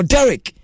Derek